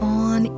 on